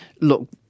look